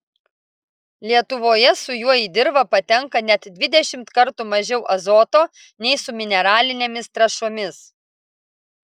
lietuvoje su juo į dirvą patenka net dvidešimt kartų mažiau azoto nei su mineralinėmis trąšomis